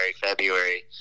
February